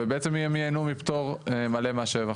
ובעצם הם ייהנו מפטור מלא מס שבח.